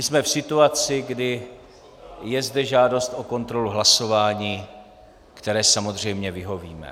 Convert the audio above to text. Jsme v situaci, kdy je zde žádost o kontrolu hlasování, které samozřejmě vyhovíme.